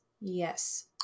Yes